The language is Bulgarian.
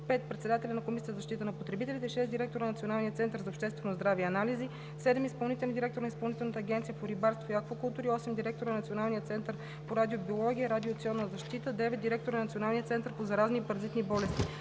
5. председателят на Комисията за защита на потребителите; 6. директорът на Националния център за обществено здраве и анализи; 7. изпълнителният директор на Изпълнителната агенция по рибарство и аквакултури; 8. директорът на Националния център по радиобиология и радиационна защита; 9. директорът на Националния център по заразни и паразитни болести.